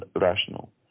rational